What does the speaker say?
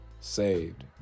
saved